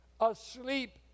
asleep